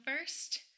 first